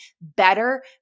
better